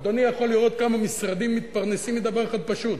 אדוני יכול לראות כמה משרדים מתפרנסים מדבר אחד פשוט,